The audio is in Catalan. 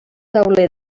tauler